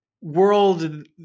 world